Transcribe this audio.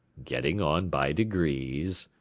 getting on by degrees,